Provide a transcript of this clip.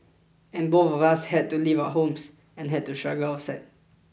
and both of us had to leave our homes and had to struggle outside